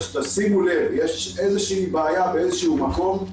אם יש איזושהי בעיה באיזשהו מקום,